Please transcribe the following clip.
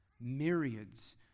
myriads